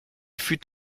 fut